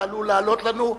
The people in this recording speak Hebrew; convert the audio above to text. זה עלול לעלות לנו.